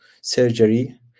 surgery